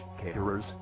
caterers